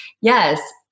Yes